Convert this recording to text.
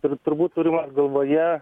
ir turbūt turima galvoje